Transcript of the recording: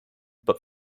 but